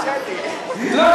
לא,